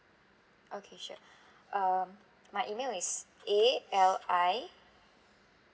okay sure um my email is A L I